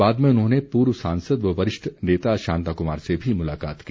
बाद में उन्होंने पूर्व सांसद व वरिष्ठ नेता शांता कुमार से भी मुलाकात की